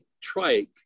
trike